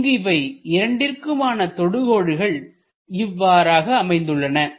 இங்கு இவை இரண்டிற்குமான தொடுகோடுகள் இவ்வாறாக அமைந்துள்ளன